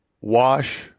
wash